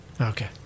Okay